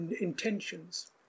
intentions